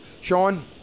Sean